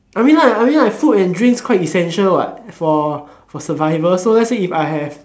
I mean like I mean like food and drinks quite essential what for for survival so let's say if I have